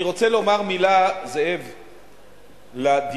אני רוצה לומר מלה,